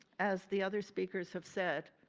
as the other speakers have said,